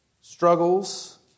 struggles